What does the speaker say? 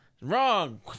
Wrong